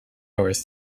north